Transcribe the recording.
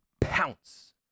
pounce